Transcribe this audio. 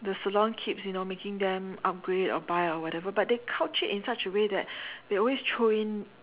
the salon kits you know making them upgrade or buy or whatever but they couch it in such a way that they always throw in